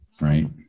right